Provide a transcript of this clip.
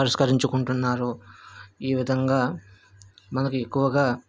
పరిష్కరించుకుంటున్నారు ఈ విధంగా మనకి ఎక్కువగా